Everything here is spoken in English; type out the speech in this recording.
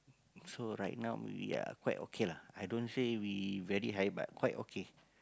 so right now we're quite okay lah i don't say we very high but quite okay